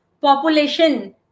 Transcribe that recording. population